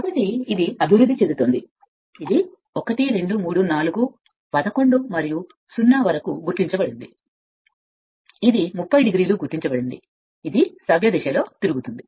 కాబట్టి ఇది అభివృద్ధి చెందుతోంది ఇది 1 2 3 4 వరకు 0 11 మరియు 0 వరకు గుర్తించబడింది ఇది కేవలం 30 o వేగం చేయడానికి గుర్తించబడింది కానీ మీరు ఇక్కడ పిలిచే దానిలో సవ్యదిశలో ఇది అభివృద్ధి చెందుతోంది